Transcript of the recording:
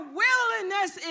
willingness